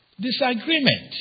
disagreement